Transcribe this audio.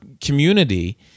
community